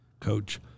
coach